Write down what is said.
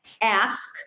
ask